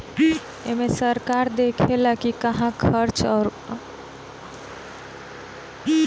एमे सरकार देखऽला कि कहां खर्च अउर कहा बचत होत हअ